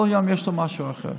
כל יום יש לו משהו אחר.